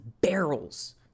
barrels